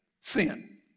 Sin